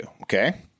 Okay